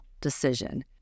decision